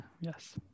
yes